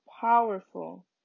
powerful